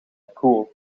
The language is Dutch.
cool